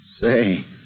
Say